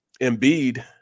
Embiid